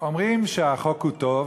אומרים שהחוק הוא טוב,